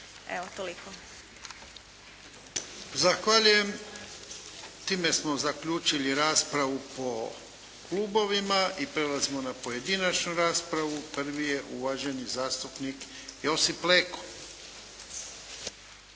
Ivan (HDZ)** Zahvaljujem. Time smo zaključili raspravu po klubovima i prelazimo na pojedinačnu raspravu. Prvi je uvaženi zastupnik Josip Leko.